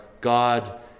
God